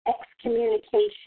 excommunication